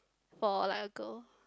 for like a girl